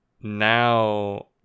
now